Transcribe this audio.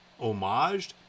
homaged